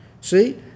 See